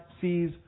sees